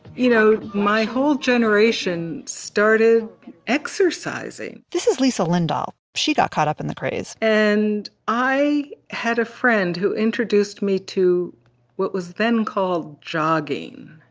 you know, my whole generation started exercising this is lisa lindahl. she got caught up in the craze and i had a friend who introduced me to what was then called jogging